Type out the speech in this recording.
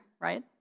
right